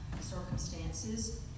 circumstances